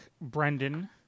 Brendan